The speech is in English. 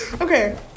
Okay